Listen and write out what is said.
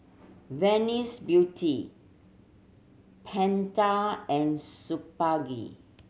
Venus Beauty Pentel and Superga